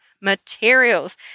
materials